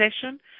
session